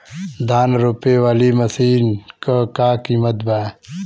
धान रोपे वाली मशीन क का कीमत बा?